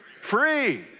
free